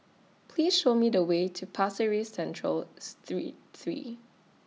Please Show Me The Way to Pasir Ris Central Street three